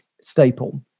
staple